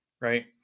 right